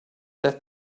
that